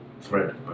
thread